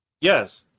Yes